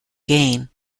gain